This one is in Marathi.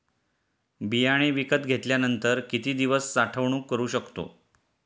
बियाणे विकत घेतल्यानंतर किती दिवस साठवणूक करू शकतो?